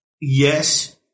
yes